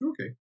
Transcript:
Okay